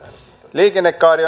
liikennekaari